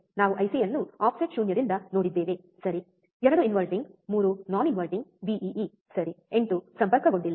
ನಾವು ಐಸಿಯನ್ನು ಆಫ್ಸೆಟ್ ಶೂನ್ಯದಿಂದ ನೋಡಿದ್ದೇವೆ ಸರಿ 2 ಇನ್ವರ್ಟಿಂಗ್ 3 ನಾನ್ ಇನ್ವರ್ಟಿಂಗ್ ವಿಇಇ ಸರಿ 8 ಸಂಪರ್ಕಗೊಂಡಿಲ್ಲ